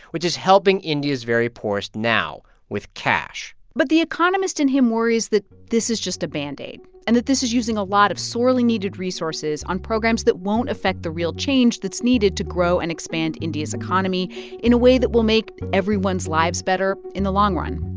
which is helping india's very poorest now with cash but the economist in him worries that this is just a band-aid and that this is using a lot of sorely needed resources on programs that won't effect the real change that's needed to grow and expand india's economy in a way that will make everyone's lives better in the long run